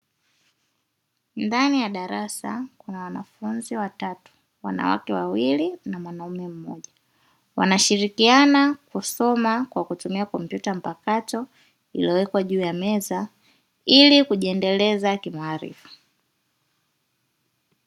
Ndani ya darasa la wanafunzi watatu wanawake wawili na mwanaume mmoja, wanashirikiana kusoma kwa kutumia kompyuta mpakato iliyowekwa juu ya meza; ili kujiendeleza kimaarifa.